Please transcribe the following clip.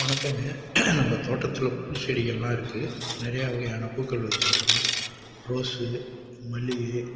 வணக்கம்ங்க நம்ம தோட்டத்தில் பூச்செடிகள்லாம் இருக்குது நிறையா வகையான பூக்கள் வெச்சிருக்கிறோம் ரோஸு மல்லிகை